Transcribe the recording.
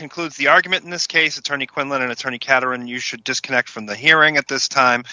concludes the argument in this case attorney quinlan and attorney katherine you should disconnect from the hearing at this time